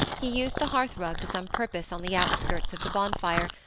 he used the hearthrug to some purpose on the outskirts of the bonfire,